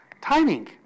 timing